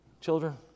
children